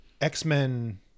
X-Men